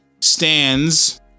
stands